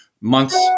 months